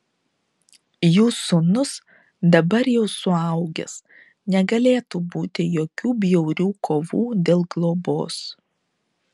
jų sūnus dabar jau suaugęs negalėtų būti jokių bjaurių kovų dėl globos